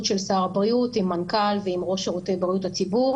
של שר הבריאות עם המנכ"ל ועם ראש שירותי בריאות הציבור